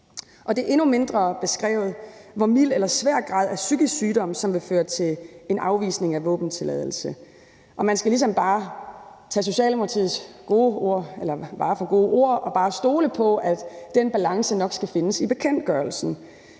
det er endnu mindre beskrevet, hvor mild eller svær grad af psykisk sygdom, som vil føre til en afvisning af våbentilladelse. Man skal ligesom bare tage Socialdemokratiets ord for gode varer og bare stole på, at den balance nok skal findes i bekendtgørelsen,